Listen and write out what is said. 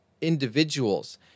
individuals